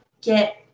get